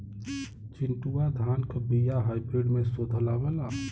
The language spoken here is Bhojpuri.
चिन्टूवा धान क बिया हाइब्रिड में शोधल आवेला?